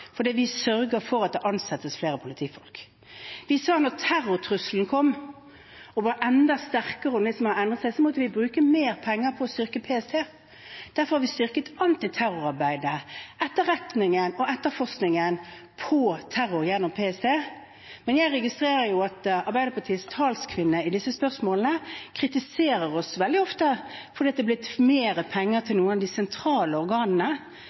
fordi vi sørger for at det ansettes flere politifolk. Vi så da terrortrusselen kom – som var enda sterkere og har endret seg – at vi måtte bruke mer penger på å styrke PST. Derfor har vi styrket antiterrorarbeidet, etterretningen og etterforskningen av terror gjennom PST. Men jeg registrerer at Arbeiderpartiets talskvinne i disse spørsmålene veldig ofte kritiserer oss for at det har blitt mer penger til noen av de sentrale organene.